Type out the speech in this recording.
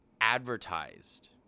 advertised